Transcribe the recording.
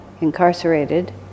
incarcerated